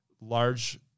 large